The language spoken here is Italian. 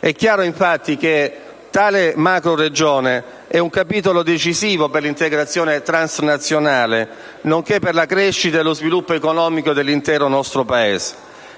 È chiaro infatti che tale macroregione è un capitolo decisivo per l'integrazione transnazionale, nonché per la crescita e lo sviluppo economico dell'intero nostro Paese,